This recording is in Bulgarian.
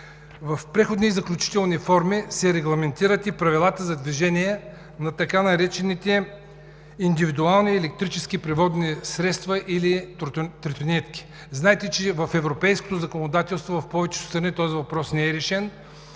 В Преходни и заключителни форми се регламентират и правилата за движение на така наречените индивидуални електрически превозни средства или тротинетки. Знаете, че в европейското законодателство на повечето страни този въпрос не е решен